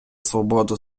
свободу